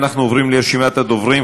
אנחנו עוברים לרשימת הדוברים.